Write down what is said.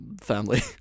Family